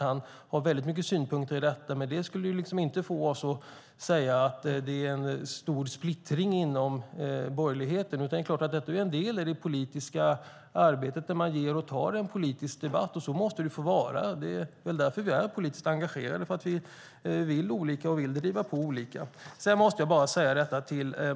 Han har såklart många synpunkter på det, men det skulle inte få oss att säga att det är en stor splittring inom borgerligheten. Det är en del av det politiska arbetet att ge och ta i en politisk debatt, och så måste det få vara. Vi är väl politiskt engagerade för att vi vill olika och vill driva på olika.